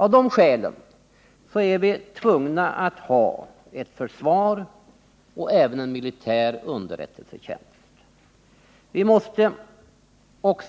Av de skälen är vi tvungna att ha ett försvar och även en militär underrättelsetjänst. Vi måste